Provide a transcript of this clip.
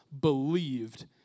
believed